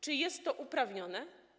Czy jest to uprawnione?